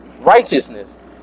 righteousness